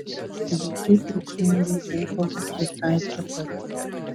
vaikai triukšmingai ūbavo visai čia pat